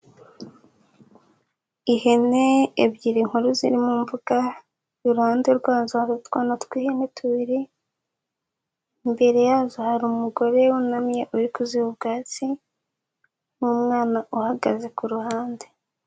Ihene ebyiri nkuru ziri mu mbuga, iruhande rwazo hari utwana tw'ihene tubiri, imbere yazo hari umugore wunamye uri kuzira ubwatsi, n'umwana uhagaze ku ruhande.